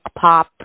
pop